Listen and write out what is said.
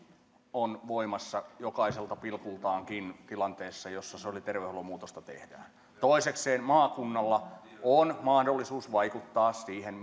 on voimassa jokaiselta pilkultaankin tilanteessa jossa sosiaali ja terveydenhuollon muutosta tehdään toisekseen maakunnalla on mahdollisuus vaikuttaa siihen